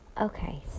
Okay